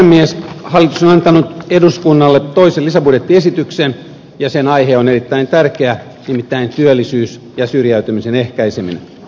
hallitus on antanut eduskunnalle toisen lisäbudjettiesityksen ja sen aihe on erittäin tärkeä nimittäin työllisyys ja syrjäytymisen ehkäiseminen